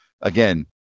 again